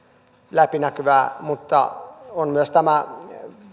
läpinäkyvää mutta on myös tämä